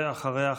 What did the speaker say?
ואחריה,